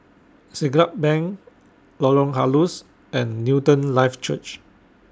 Siglap Bank Lorong Halus and Newton Life Church